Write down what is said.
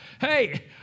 Hey